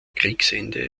kriegsende